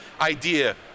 idea